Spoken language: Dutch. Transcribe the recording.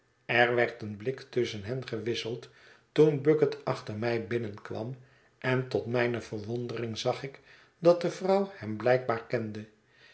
er werd een blik tusschen hen gewisseld toen bucket acher mij binnen kwam en tot mijne verwondering zag ik dat de vrouw hem blijkbaar kende